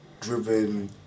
driven